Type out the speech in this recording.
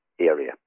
area